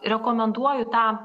rekomenduoju tą